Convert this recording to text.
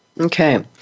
Okay